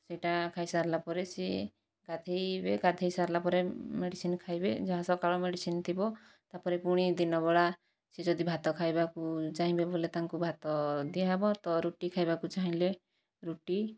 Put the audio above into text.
ସେ'ଟା ଖାଇସାରିଲାପରେ ସିଏ ଗାଧୋଇବେ ଗାଧୋଇ ସାରିଲାପରେ ମେଡିସିନ ଖାଇବେ ଯାହା ସକାଳ ମେଡିସିନ ଥିବ ତାପରେ ପୁଣି ଦିନବେଳା ସେ ଯଦି ଭାତ ଖାଇବାକୁ ଚାହିଁବେ ବୋଇଲେ ତାଙ୍କୁ ଭାତ ଦିଆହେବ ତ ରୁଟି ଖାଇବାକୁ ଚାହିଁଲେ ରୁଟି